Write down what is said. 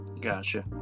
gotcha